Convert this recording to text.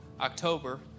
October